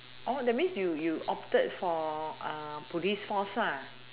oh that means you you opted for police force lah